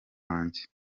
wanjye